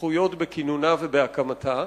זכויות בכינונה ובהקמתה,